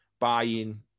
buying